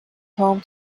home